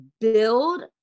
build